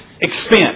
expense